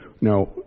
now